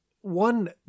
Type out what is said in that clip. one